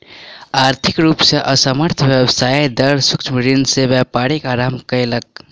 आर्थिक रूप से असमर्थ व्यवसायी दल सूक्ष्म ऋण से व्यापारक आरम्भ केलक